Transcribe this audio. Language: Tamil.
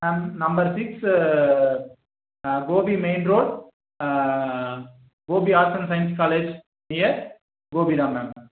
மேம் நம்ம streets Gobi main road Gobi arts and science college near Gobi தான் மேம்